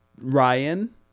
Ryan